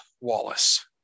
Wallace